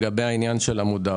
בזה?